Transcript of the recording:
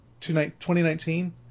2019